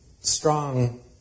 strong